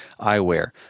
eyewear